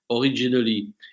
originally